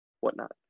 whatnot